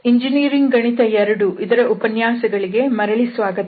engineering ಗಣಿತ II ರ ಉಪನ್ಯಾಸಗಳಿಗೆ ಮರಳಿ ಸ್ವಾಗತ